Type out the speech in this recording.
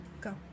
go